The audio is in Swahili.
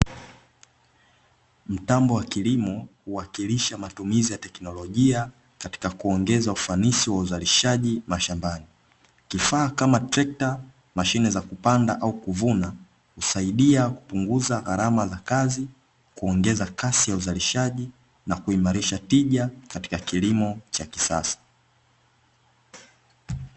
Mtambo wa kilimo huwakilisha matumizi ya teknolojia katika kuongeza ufanisi wa uzalishaji mashambani. Kifaa kama trekta mashine za kupanda au kuvuna, husaidia kupunguza gharama za kazi, kuongeza kasi ya uzalishaji, na kuimarisha tija katika kilimo cha kisasa.